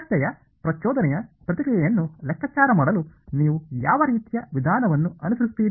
ವ್ಯವಸ್ಥೆಯ ಪ್ರಚೋದನೆಯ ಪ್ರತಿಕ್ರಿಯೆಯನ್ನು ಲೆಕ್ಕಾಚಾರ ಮಾಡಲು ನೀವು ಯಾವ ರೀತಿಯ ವಿಧಾನವನ್ನು ಅನುಸರಿಸುತ್ತೀರಿ